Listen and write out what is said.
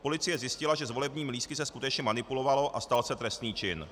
Policie zjistila, že s volebními lístky se skutečně manipulovalo a stal se trestný čin.